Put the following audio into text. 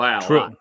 True